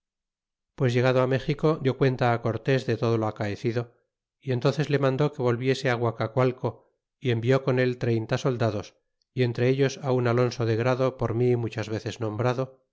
pues llegado méxico dió cuenta á cortés de todo lo acaecido y entónces le mandó que volviese guacacualco y envió con él treinta soldados y entre ellos á un alonso de grado por mi muchas veces nombrado